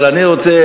אבל אני רוצה,